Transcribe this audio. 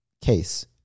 case